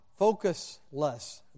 focusless